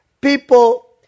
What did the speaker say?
people